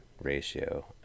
ratio